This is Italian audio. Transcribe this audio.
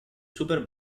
super